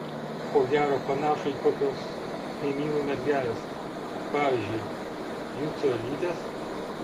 ko gero panašų į kokios kaimynų mergelės pavyzdžiui jucio elytės